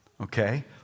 Okay